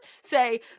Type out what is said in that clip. say